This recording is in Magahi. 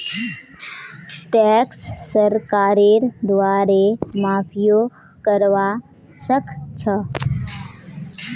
टैक्स सरकारेर द्वारे माफियो करवा सख छ